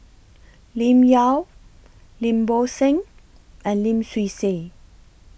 Lim Yau Lim Bo Seng and Lim Swee Say